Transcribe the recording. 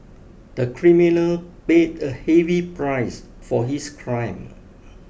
the criminal paid a heavy price for his crime